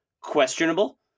Questionable